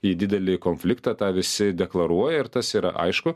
į didelį konfliktą tą visi deklaruoja ir tas yra aišku